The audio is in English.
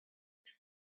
but